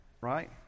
right